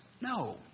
no